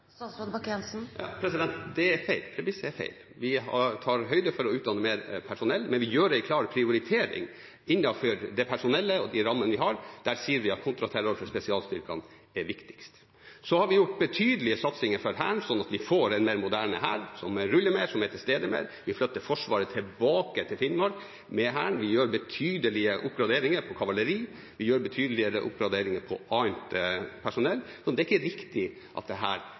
Det er feil – premisset er feil. Vi tar høyde for å utdanne mer personell, men vi gjør en klar prioritering: Innenfor det personellet og de rammene vi har, sier vi at kontraterror for spesialstyrkene er viktigst. Så har vi gjort betydelige satsinger for Hæren, sånn at vi får en mer moderne hær, som ruller mer, som er til stede mer. Vi flytter Forsvaret tilbake til Finnmark med Hæren, vi gjør betydelige oppgraderinger på kavaleri, vi gjør betydelige oppgraderinger på annet personell, så det er ikke riktig at